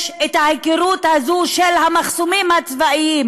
יש ההיכרות הזו של המחסומים הצבאיים